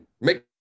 Make